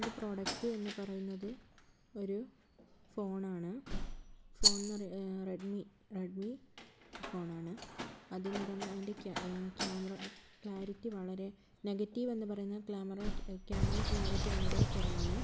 എൻ്റെ പ്രോഡക്ട് എന്ന് പറയുന്നത് ഒരു ഫോണാണ് ഫോൺ എന്ന് റെഡ്മി റെഡ്മി ഫോണാണ് അത് എന്നുപറയുന്ന അതിൻ്റെ ക്യാമറ ക്ലാരിറ്റി വളരെ നെഗറ്റീവ് എന്ന് പറയാൻ ക്ലാമര ക്യാമറ ക്ലാരിറ്റി വളരെ കുറവാണ്